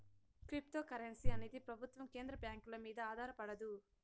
cryptocurrency అనేది ప్రభుత్వం కేంద్ర బ్యాంకుల మీద ఆధారపడదు